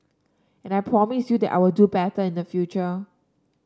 and I promise you that I will do better in the future